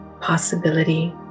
possibility